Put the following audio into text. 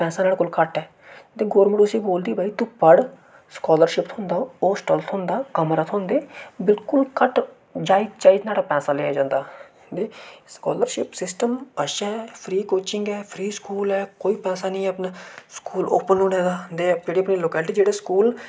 पैसा नुहाड़े कोल घट्ट ऐ ते गवर्नमेंट उसी बोलदी भई तूं पढ़ स्कालरशिप थ्होंदा होस्टल थ्होंदा कमरे थ्होंदे बिल्कुल घट्ट ते जायज जायज नुहाड़ा पैसा लैता जंदा ऐ ते स्कालरशिप सिस्टम अच्छा ऐ फ्री कोचिंग फ्री स्कूल ऐ कोई पैसा नेईं ऐ अपना स्कूल ओपन रौह्ने दा जेह्ड़े अपनी लोकैल्टी च स्कूल न